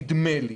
נדמה לי